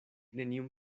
neniun